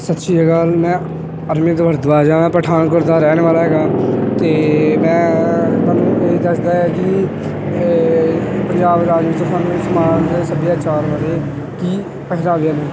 ਸਤਿ ਸ਼੍ਰੀ ਅਕਾਲ ਮੈਂ ਅਰਵਿੰਦ ਭਰਦਵਾਜ ਆਂ ਪਠਾਨਕੋਟ ਦਾ ਰਹਿਣ ਵਾਲਾ ਹੈਗਾ ਅਤੇ ਮੈਂ ਤੁਹਾਨੂੰ ਇਹ ਦੱਸਦਾ ਹੈ ਕਿ ਪੰਜਾਬ ਰਾਜ ਵਿੱਚ ਸਾਨੂੰ ਇਹ ਸਮਾਜ ਸੱਭਿਆਚਾਰ ਬਾਰੇ ਕੀ ਪਹਿਰਾਵੇ ਹਨ